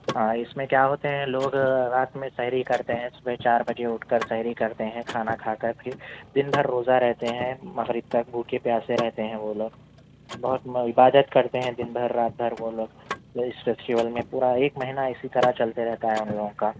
ہاں اس میں کیا ہوتے ہیں لوگ رات میں سحری کرتے ہیں صبح چار بجے اٹھ کر سحری کرتے ہیں کھانا کھاکر پھر دن بھر روزہ رہتے ہیں مغرب تک بھوکے پیاسے رہتے ہیں وہ لوگ بہت عبادت کرتے ہیں دن بھر رات بھر وہ لوگ اس فیسٹول میں پورا ایک مہینہ اسی طرح چلتے رہتا ہے ان لوگوں کا